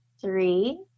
three